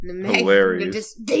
Hilarious